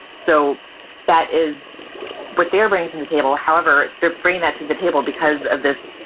so that is what they're bringing to the table. however, they're bringing that to the table because of this,